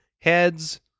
heads